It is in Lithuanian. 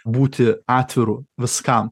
būti atviru viskam